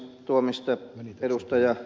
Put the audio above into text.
tuohon mihin ed